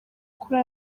kuri